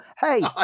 hey